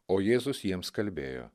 o jėzus jiems kalbėjo